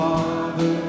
Father